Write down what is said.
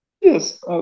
yes